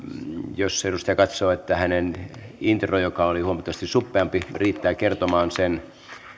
jos edustaja katsoo että intro joka oli huomattavasti suppeampi riittää kertomaan sen